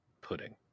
pudding